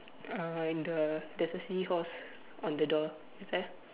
uh in the there's a seahorse on the door is there